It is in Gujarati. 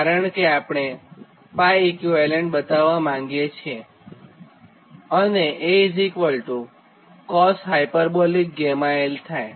કારણ કે આપણે 𝜋 ઇક્વીવેલન્ટ બતાવ્વા માંગીએ છીએઅને A cosh 𝛾𝑙 થાય